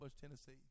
Tennessee